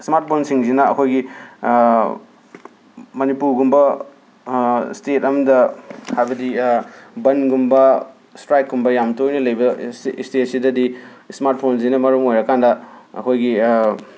smart ꯐꯣꯟꯁꯤꯡꯖꯤꯅ ꯑꯩꯈꯣꯏꯒꯤ ꯃꯅꯤꯄꯨꯔꯒꯨꯝꯕ ꯁ꯭ꯇꯦꯠ ꯑꯝꯗ ꯍꯥꯏꯕꯗꯤ ꯕꯟꯒꯨꯝꯕ ꯁ꯭ꯇ꯭ꯔꯥꯏꯛꯀꯨꯝꯕ ꯌꯥꯝ ꯇꯣꯏꯅ ꯂꯩꯕ ꯁ꯭ꯇꯦ ꯁ꯭ꯇꯦꯠꯁꯤꯗꯗꯤ ꯁ꯭ꯃꯥꯔꯠ ꯐꯣꯟꯁꯤꯅ ꯃꯔꯝ ꯑꯣꯏꯔꯀꯥꯟꯗ ꯑꯈꯣꯏꯒꯤ